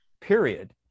period